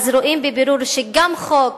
רואים בבירור שגם חוק